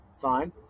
fine